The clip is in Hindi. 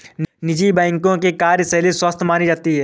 निजी बैंकों की कार्यशैली स्वस्थ मानी जाती है